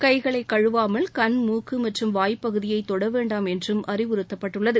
கைகளை கழுவாமல் கண் மூக்கு மற்றும் வாய் பகுதியை தொட வேண்டாம் என்றும் அறிவுறுத்தப்பட்டுள்ளது